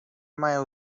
mają